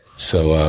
so,